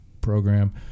program